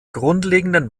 grundlegenden